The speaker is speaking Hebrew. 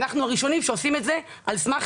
אנחנו הראשונים שעושים את זה על סמך